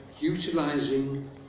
Utilising